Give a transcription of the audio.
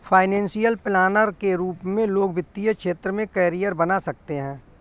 financial planner के रूप में लोग वित्तीय क्षेत्र में करियर बना सकते हैं